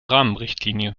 rahmenrichtlinie